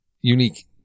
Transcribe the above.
unique